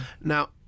Now